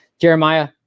Jeremiah